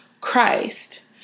Christ